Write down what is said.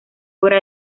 obra